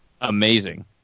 amazing